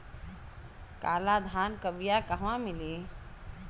काला धान क बिया कहवा मिली?